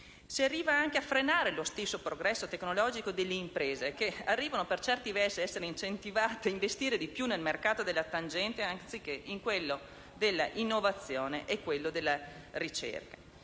Si arriva anche a frenare lo stesso progresso tecnologico delle imprese, che arrivano, per certi versi, ad essere incentivate ad investire di più nel mercato della tangente anziché in quello della innovazione e della ricerca.